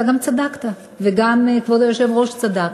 אתה גם צדקת, וגם כבוד היושב-ראש צדק: